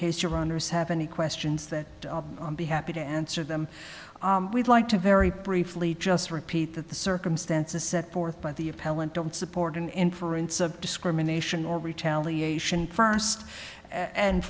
case your runners have any questions that be happy to answer them we'd like to very briefly just repeat that the circumstances set forth by the appellant don't support an inference of discrimination or retaliation first and